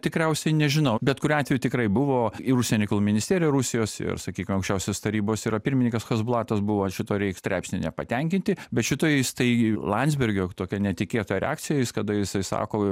tikriausiai nežinau bet kuriuo atveju tikrai buvo ir užsienio reikalų ministerija rusijos ir sakykim aukščiausios tarybos pirmininkas yra chasbulatovas buvo šituo reik straipsniu nepatenkinti bet šitoj įstai landsbergio tokia netikėta reakcija jis kada jisai sako